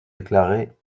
déclarée